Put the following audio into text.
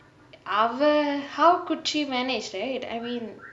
அவ:ava how could she manage right I mean